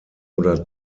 oder